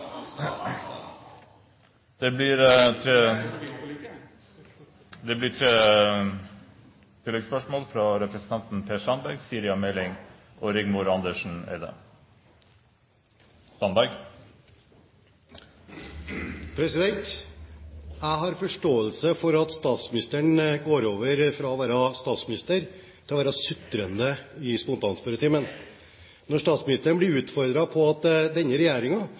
Jeg har forståelse for at statsministeren går over fra å være statsminister til å være sutrende i spontanspørretimen. Når statsministeren blir utfordret på at denne